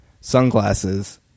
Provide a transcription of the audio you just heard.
sunglasses